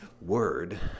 word